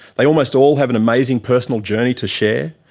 they almost all have an amazing personal journey to share,